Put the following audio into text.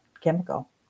chemical